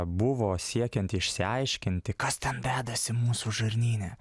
buvo siekiant išsiaiškinti kas ten dedasi mūsų žarnyne